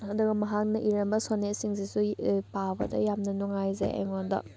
ꯑꯗꯨꯒ ꯃꯍꯥꯛꯅ ꯏꯔꯝꯕ ꯁꯣꯅꯦꯠꯁꯤꯡꯁꯤꯁꯨ ꯄꯥꯕꯗ ꯌꯥꯝꯅ ꯅꯨꯡꯉꯥꯏꯖꯩ ꯑꯩꯉꯣꯟꯗ